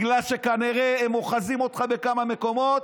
בגלל שהם כנראה אוחזים אותך בכמה מקומות,